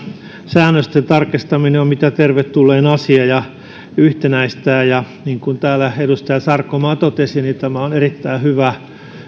säännösten tarkistaminen on mitä tervetullein asia ja se yhtenäistää niin kuin täällä edustaja sarkomaa totesi tämä on erittäin hyvä